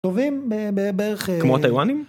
טובים בערך כמו טייוואנים.